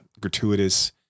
gratuitous